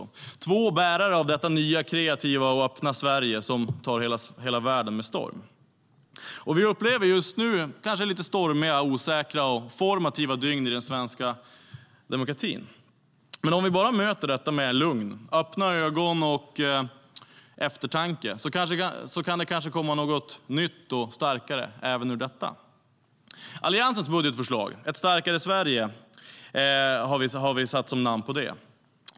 De är två bärare av detta nya, kreativa och öppna Sverige som tar hela världen med storm. Vi upplever just nu stormiga, osäkra och formativa dygn i den svenska demokratin. Men om vi möter detta med lugn, öppna ögon och eftertanke kan det kanske komma något nytt och starkare även ur detta..